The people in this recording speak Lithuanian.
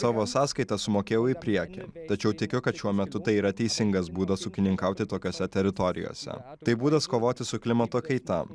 savo sąskaitas sumokėjau į priekį tačiau tikiu kad šiuo metu tai yra teisingas būdas ūkininkauti tokiose teritorijose tai būdas kovoti su klimato kaita